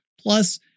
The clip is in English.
Plus